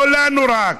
לא לנו רק.